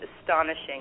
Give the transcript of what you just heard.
astonishing